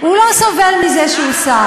הוא לא סובל מזה שהוא שר.